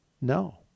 No